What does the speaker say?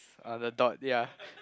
uh the dot ya